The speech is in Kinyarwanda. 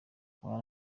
urare